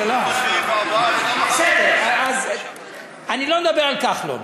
אני לא מדבר על כחלון.